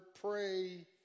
pray